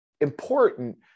Important